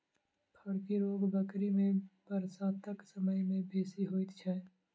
फड़की रोग बकरी मे बरसातक समय मे बेसी होइत छै